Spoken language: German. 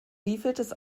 wievieltes